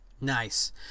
Nice